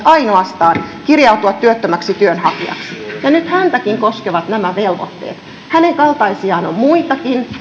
ainoastaan kirjautua työttömäksi työnhakijaksi ja nyt häntäkin koskevat nämä velvoitteet hänen kaltaisiaan on muitakin